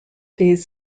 these